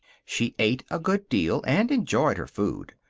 she ate a good deal, and enjoyed her food.